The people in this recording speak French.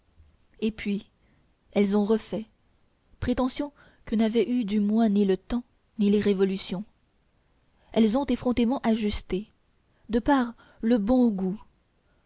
et puis elles ont refait prétention que n'avaient eue du moins ni le temps ni les révolutions elles ont effrontément ajusté de par le bon goût